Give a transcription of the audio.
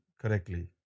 correctly